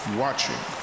watching